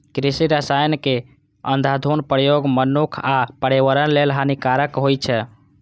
कृषि रसायनक अंधाधुंध प्रयोग मनुक्ख आ पर्यावरण लेल हानिकारक होइ छै